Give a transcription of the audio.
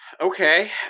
Okay